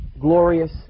glorious